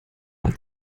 mal